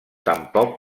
tampoc